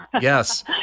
Yes